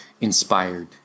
inspired